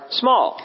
small